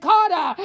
Carter